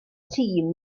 tîm